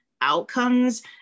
outcomes